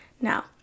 Now